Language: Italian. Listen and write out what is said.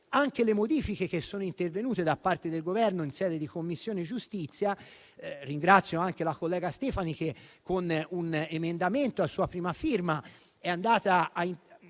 anche le modifiche che sono intervenute da parte del Governo in sede di Commissione giustizia. Ringrazio la collega Stefani che, con un emendamento a sua prima firma, ha